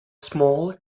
small